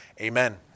Amen